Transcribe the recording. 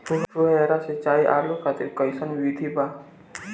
फुहारा सिंचाई आलू खातिर कइसन विधि बा?